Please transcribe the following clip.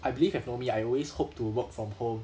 I believe you have know me I always hope to work from home